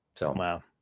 Wow